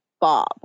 Bob